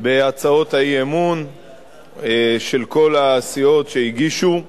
היום בהצעות האי-אמון של כל הסיעות שהגישו,